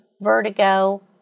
vertigo